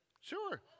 Sure